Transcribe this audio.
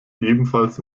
ebenfalls